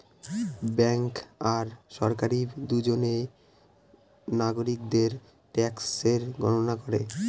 bank আর সরকারি দুজনে নাগরিকদের ট্যাক্সের গণনা করে